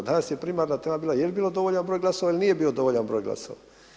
Danas je primarna tema bila je li bio dovoljan broj glasova ili nije bio dovoljan broj glasova.